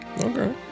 Okay